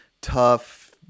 tough